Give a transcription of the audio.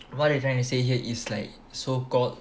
what you're trying to say here is like so called